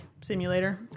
simulator